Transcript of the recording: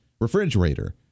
refrigerator